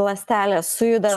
ląstelės sujuda